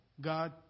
God